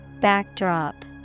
Backdrop